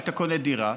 היית קונה דירה,